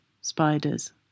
spiders